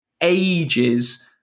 ages